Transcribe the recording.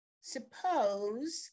Suppose